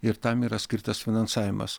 ir tam yra skirtas finansavimas